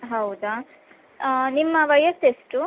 ಹೌದಾ ನಿಮ್ಮ ವಯಸ್ಸು ಎಷ್ಟು